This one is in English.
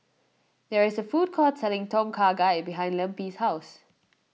there is a food court selling Tom Kha Gai behind Lempi's house